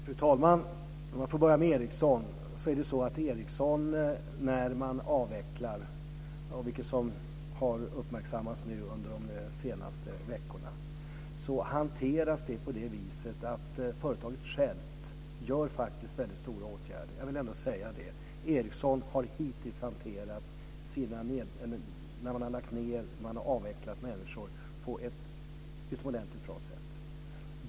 Fru talman! Jag börjar med Ericsson. Under de senaste veckorna har det uppmärksammats att Ericsson gör vissa avvecklingar. Det hanteras så att företaget självt vidtar stora åtgärder. Jag vill ändå säga det. Ericsson har hittills hanterat sina nedläggningar på ett utomordentligt bra sätt.